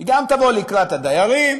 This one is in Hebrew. היא גם תבוא לקראת הדיירים,